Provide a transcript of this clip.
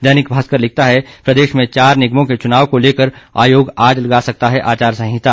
दैनिक भास्कर लिखता है प्रदेश में चार निगमों के चुनाव को लेकर आयोग आज लगा सकता है आचार सहिंता